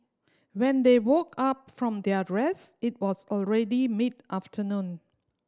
when they woke up from their rest it was already mid afternoon